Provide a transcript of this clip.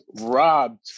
robbed